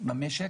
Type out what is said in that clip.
במשק